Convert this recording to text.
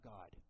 God